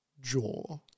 jaw